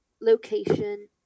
location